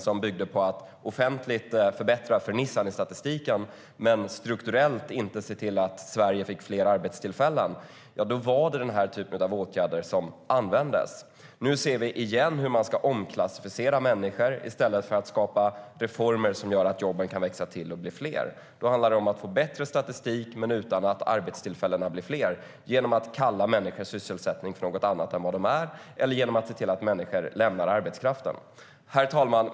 De byggde på att förbättra fernissan i statistiken offentligt men att inte strukturellt se till att Sverige fick fler arbetstillfällen. Nu ser vi igen att man ska omklassificera människor i stället för att skapa reformer som gör att jobben kan växa till och bli fler. Då handlar det om att få bättre statistik utan att arbetstillfällena blir fler. Det får man genom att kalla människor i sysselsättning för något annat än vad de är eller genom att se till att människor lämnar arbetskraften. Herr talman!